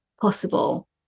possible